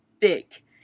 thick